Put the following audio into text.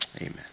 Amen